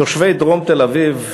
תושבי דרום תל-אביב,